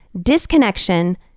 disconnection